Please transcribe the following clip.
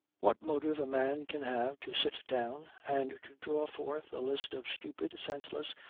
what motive a man can have to sit down, and to draw forth a list of stupid, senseless,